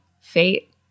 Fate